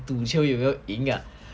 赌球有没有赢